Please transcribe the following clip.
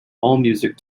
allmusic